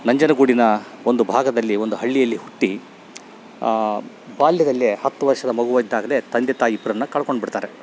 ನಂಜನಗೂಡಿನ ಒಂದು ಭಾಗದಲ್ಲಿ ಒಂದು ಹಳ್ಳಿಯಲ್ಲಿ ಹುಟ್ಟಿ ಬಾಲ್ಯದಲ್ಲೇ ಹತ್ತು ವರ್ಷದ ಮಗುವಿದ್ದಾಗಲೇ ತಂದೆ ತಾಯಿ ಇಬ್ರನ್ನು ಕಳ್ಕೊಂಡ್ಬಿಡ್ತಾರೆ